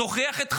תוכיח את חפותך.